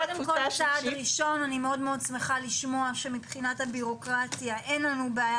כצעד ראשון אני שמחה לשמוע שמבחינת הבירוקרטיה אין בעיה